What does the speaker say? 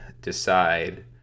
decide